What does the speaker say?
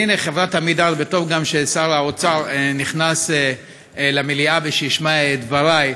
והנה חברת "עמידר" טוב גם ששר האוצר נכנס למליאה וישמע את דברי.